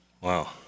Wow